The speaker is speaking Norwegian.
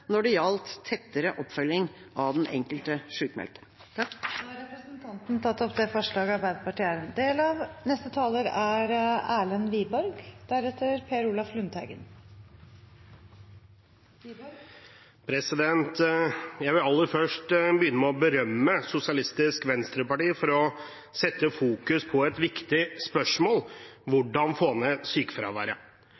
når det gjaldt tettere oppfølging av den enkelte sykmeldte. Da har representanten Lise Christoffersen tatt opp det forslaget hun refererte til. Jeg vil aller først begynne med å berømme Sosialistisk Venstreparti for å fokusere på et viktig spørsmål: